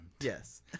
Yes